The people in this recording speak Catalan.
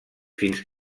fins